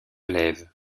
lève